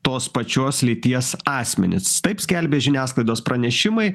tos pačios lyties asmenis taip skelbia žiniasklaidos pranešimai